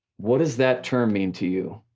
what does that term mean to you?